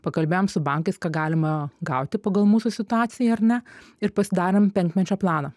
pakalbėjom su bankais ką galima gauti pagal mūsų situaciją ar ne ir pasidarėm penkmečio planą